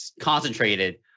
concentrated